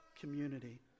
community